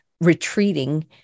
retreating